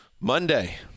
Monday